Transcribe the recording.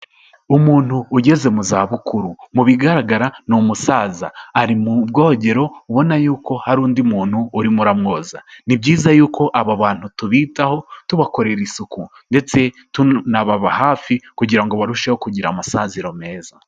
Umuntu ugeze mu zabukuru mu bigaragara ni umusaza, ari mu bwogero ubona yuko hari undi muntu urimo uramwoza, ni byiza yuko aba bantu tubitaho tubakorera isuku ndetse tunababa hafi kugira ngo barusheho kugira amasaziro meza.